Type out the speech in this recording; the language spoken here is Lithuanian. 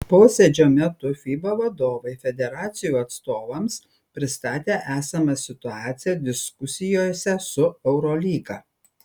posėdžio metu fiba vadovai federacijų atstovams pristatė esamą situaciją diskusijose su eurolyga